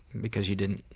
because you didn't